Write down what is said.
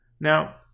Now